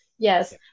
Yes